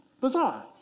bizarre